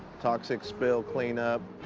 toxic spill cleanup.